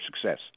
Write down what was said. success